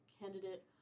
candidate